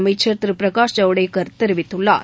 அமைச்சர் திரு பிரகாஷ் ஜவடேக்கர் தெரிவித்துள்ளார்